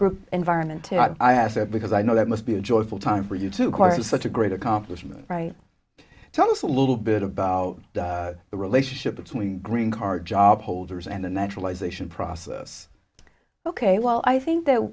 group environment i ask because i know that must be a joyful time for you to acquire such a great accomplishment tell us a little bit about the relationship between green card job holders and the naturalization process ok well i think that